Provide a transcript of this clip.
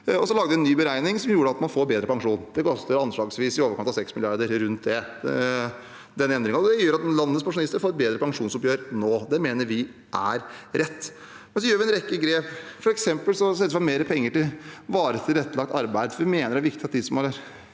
Vi lagde en ny beregning som gjør at man får en bedre pensjon. Den endringen koster anslagsvis i overkant av 6 mrd. kr. Det gjør at landets pensjonister får et bedre pensjonsoppgjør nå. Det mener vi er rett. Vi gjør en rekke grep. For eksempel setter vi av mer penger til varig tilrettelagt arbeid. Vi mener det er viktig at de som ikke